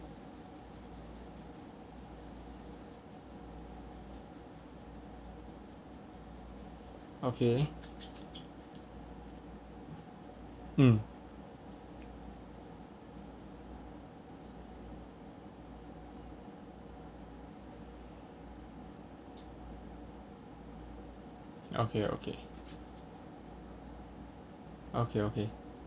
okay mm okay okay okay okay